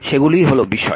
সেগুলিই হল বিষয়